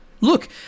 Look